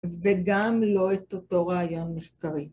זה גם לא את אותו רעיון מחקרי.